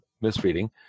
misreading